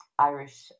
Irish